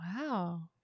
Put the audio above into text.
wow